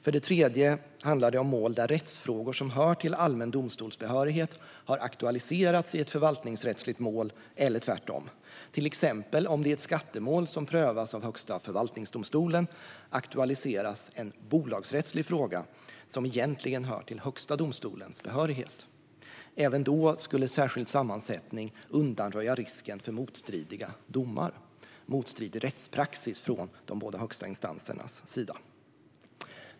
För det tredje handlar det om mål där rättsfrågor som hör till allmän domstols behörighet har aktualiserats i ett förvaltningsrättsligt mål eller tvärtom, till exempel om det i ett skattemål som prövas av Högsta förvaltningsdomstolen aktualiseras en bolagsrättslig fråga som egentligen hör till Högsta domstolens behörighet. Även då skulle särskild sammansättning undanröja risken för motstridiga domar - motstridig rättspraxis från de båda högsta instansernas sida. Fru talman!